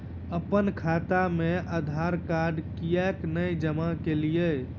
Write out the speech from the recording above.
अप्पन खाता मे आधारकार्ड कियाक नै जमा केलियै?